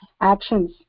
actions